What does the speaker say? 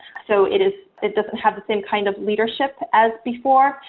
so it is, it doesn't have the same kind of leadership as before.